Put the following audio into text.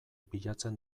bilatzen